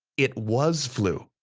it was flu,